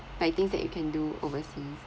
like things that you can do overseas